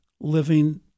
living